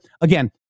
again